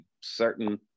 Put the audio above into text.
certain